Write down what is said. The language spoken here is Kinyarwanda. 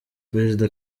perezida